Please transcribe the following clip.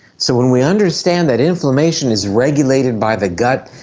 so when we understand that inflammation is regulated by the gut,